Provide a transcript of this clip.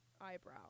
eyebrow